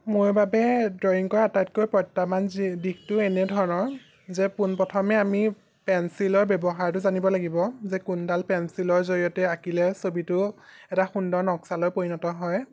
মোৰ বাবে ড্ৰইং কৰা আটাইতকৈ প্ৰত্যাহ্বান দিশটো এনেধৰণৰ যে পোনপ্ৰথমে আমি পেঞ্চিলৰ ব্যৱহাৰটো জানিব লাগিব যে কোনডাল পেঞ্চিলৰ জৰিয়তে আঁকিলে ছবিটো এটা সুন্দৰ নক্সালৈ পৰিণত হয়